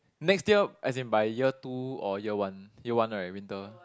next year as in by year two or year one year one right winter